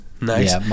nice